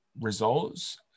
results